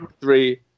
three